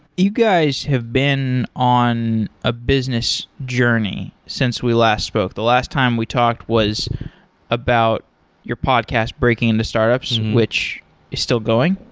you guys have been on a business journey since we last spoke. the last time we talked was about your podcast, breaking into startups, which is still going.